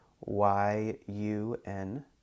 Y-U-N